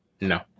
No